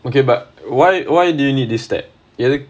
okay but why why do you need this step